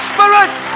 Spirit